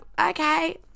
okay